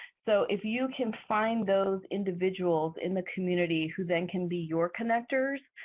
so if you can find those individuals in the community who then can be your connectors,